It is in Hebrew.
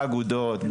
באגודות,